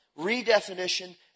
redefinition